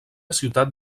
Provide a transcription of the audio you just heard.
ciutat